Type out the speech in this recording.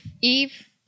Eve